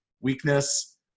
weakness